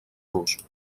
rus